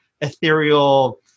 ethereal